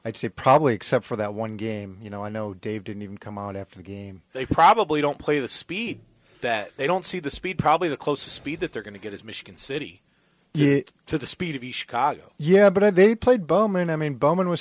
i'd say probably except for that one game you know i know dave didn't even come out after the game they probably don't play the speed that they don't see the speed probably the closest speed that they're going to get is michigan city yeah to the speed of the chicago yeah but i they played bowman i mean bowman was